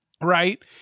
right